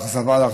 אכזבה על אכזבה.